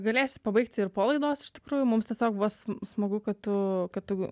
galėsi pabaigti ir po laidos iš tikrųjų mums tiesiog buvo sma smagu kad tu kad tu n